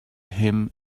him